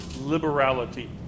liberality